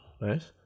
Nice